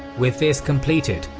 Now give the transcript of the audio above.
with this completed,